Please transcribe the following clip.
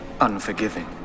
unforgiving